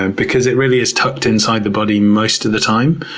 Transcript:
and because it really is tucked inside the body most of the time.